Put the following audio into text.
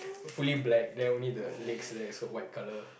fully black then only the legs there is white colour